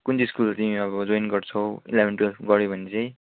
कुन चाहिँ स्कुल चाहिँ अब जोइन गर्छौँ इलेभेन ट्वेल्भ गर्यौ भने चाहिँ